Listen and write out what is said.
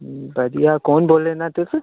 ना तु'स